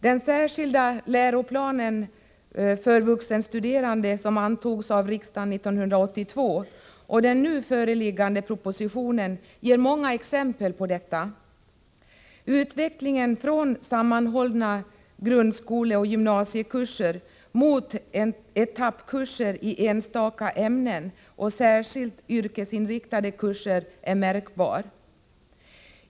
Den särskilda läroplanen för vuxenstuderande, som antogs av riksdagen 1982, och den nu föreliggande propositionen ger många exempel på detta. Utvecklingen från sammanhållna grundskoleoch gymnasiekurser mot etappkurser i enstaka ämnen och särskilda yrkesinriktade kurser är märkbar.